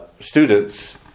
students